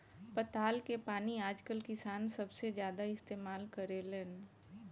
पताल के पानी आजकल किसान सबसे ज्यादा इस्तेमाल करेलेन